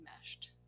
meshed